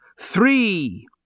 Three